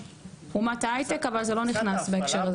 אומת ההייטק אבל זה לא נכנס בהקשר הזה.